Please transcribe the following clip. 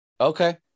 Okay